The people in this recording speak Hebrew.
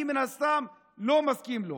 מן הסתם אני לא מסכים לו,